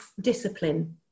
discipline